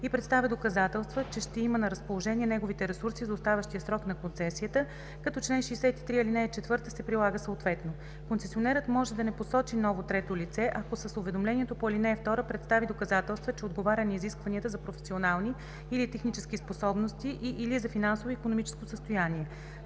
и представя доказателства, че ще има на разположение неговите ресурси за оставащия срок на концесията, като чл. 63, ал. 4 се прилага съответно. Концесионерът може да не посочи ново трето лице, ако с уведомлението по ал. 2 представи доказателства, че отговаря на изискванията за професионални или технически способности и/или за финансово и икономическо състояние.“